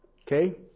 Okay